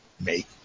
Make